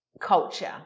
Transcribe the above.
culture